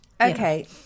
Okay